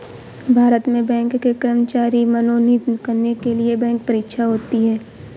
भारत में बैंक के कर्मचारी मनोनीत करने के लिए बैंक परीक्षा होती है